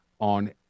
on